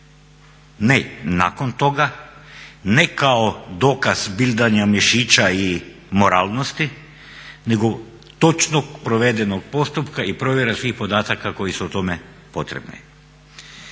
ne nakon toga, ne kao dokaz bildanja mišića i moralnosti nego točno provedenog postupka i provjera svih podataka koji su u tome potrebni.